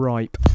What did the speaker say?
Ripe